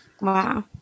Wow